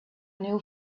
new